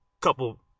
couple